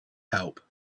help